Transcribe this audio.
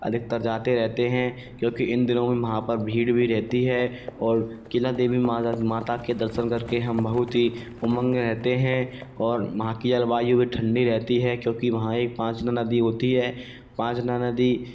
अधिकतर जाते रहते हैं क्योंकि इन दिनों में वहाँ पर भीड़ भी रहती है और किला देवी माता और माता के दर्शन करके हम बहुत ही उमंग रहते हैं और वहाँ की अलवायु भी ठंडी रहती है क्योंकि वहाँ एक पाचना नदी होती है पाचना नदी